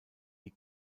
die